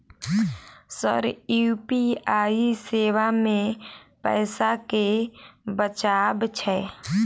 Sir UPI सेवा मे पैसा केँ बचाब छैय?